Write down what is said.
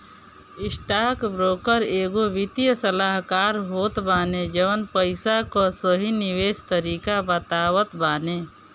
stockbroker एगो वित्तीय सलाहकार होत बाने जवन पईसा कअ सही निवेश तरीका बतावत बाने